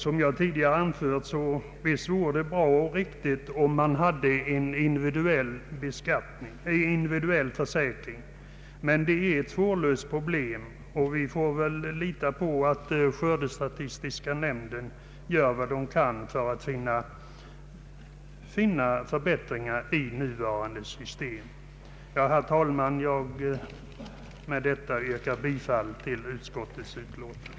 Som jag tidigare anfört, tycker jag att det visst vore bra och riktigt, om det fanns en individuell försäkring, men detta är ett svårlöst problem. Vi bör väl därför lita på att skördestatistiska nämnden gör vad den kan för att finna förbättringar i nuvarande system. Herr talman! Med detta yrkar jag bifall till utskottets hemställan.